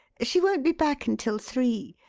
she won't be back until three.